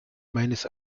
meines